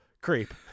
creep